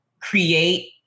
create